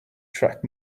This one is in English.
track